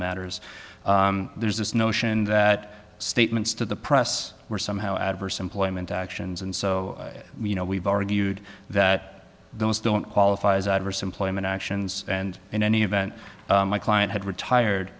matters there's this notion that statements to the press were somehow adverse employment actions and so you know we've argued that those don't qualify as adverse employment actions and in any event my client had retired